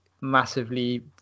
massively